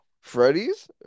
Freddy's